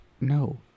no